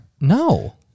No